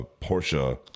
Porsche